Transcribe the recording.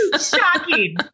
Shocking